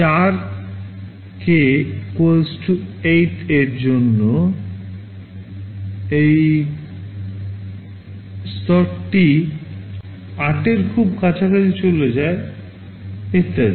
K 8 এর জন্য এটি স্তরটি 8 এর খুব কাছাকাছি চলে যায় ইত্যাদি